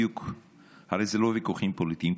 הרי אלה לא ויכוחים פוליטיים,